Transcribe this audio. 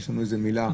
ויש לנו איזו מילה.